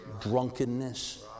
drunkenness